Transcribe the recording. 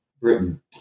Britain